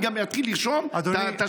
אני גם אתחיל לרשום את השמות?